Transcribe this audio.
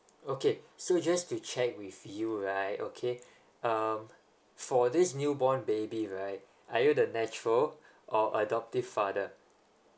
okay so just to check with you right okay um for this new born baby right are you the natural or adoptive father